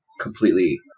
completely